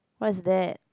what's that